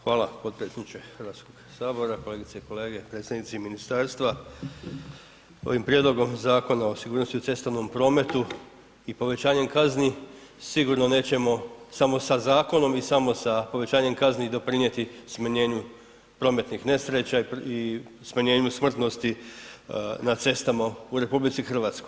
Hvala potpredsjedniče Hrvatskog sabora, kolegice i kolege, predstavnici ministarstva ovim Prijedlogom Zakona o sigurnosti u cestovnom prometu i povećanjem kazni sigurno nećemo samo sa zakonom i samo sa povećanjem kazni doprinijeti smanjenju prometnih nesreća i smanjenju smrtnosti na cestama u RH.